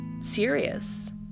serious